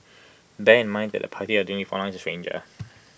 bear in mind that the party that you are dealing with online is A stranger